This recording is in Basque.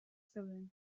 zeuden